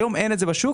היום אין את זה בשוק.